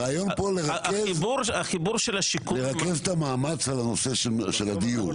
הרעיון פה הוא לרכז את המאמץ על הנושא של הדיור.